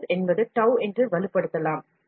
shear stress என்பதை tau என்று வெளிப்படுத்தலாம்